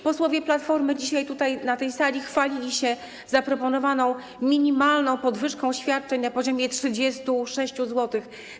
Posłowie Platformy dzisiaj na tej sali chwalili się zaproponowaną minimalną podwyżką świadczeń na poziomie 36 zł.